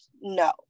No